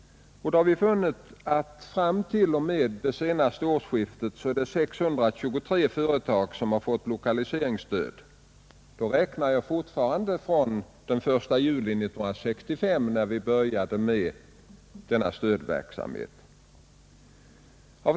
Vi har funnit att för tiden t.o.m. det senaste årsskiftet har 623 företag fått lokaliseringsstöd — då räknar jag fortfarande från den 1 juli 1965, när vi började med denna stödverksamhet.